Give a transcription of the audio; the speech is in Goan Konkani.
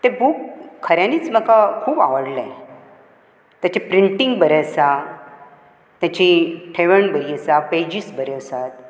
ते बूक खऱ्यांनीच म्हाका खूब आवडलें ताचे प्रिंटींग बरें आसा ताची ठेवण बरी आसा पेजीस बऱ्यो आसात